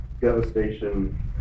devastation